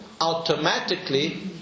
Automatically